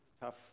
tough